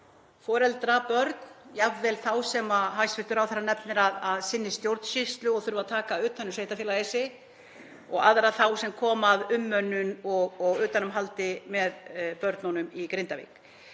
foreldra, börn, jafnvel þá sem hæstv. ráðherra nefnir að sinni stjórnsýslu og þurfi að taka utan um sveitarfélagið og aðra þá sem koma að umönnun og utanumhaldi með börnunum í Grindavík.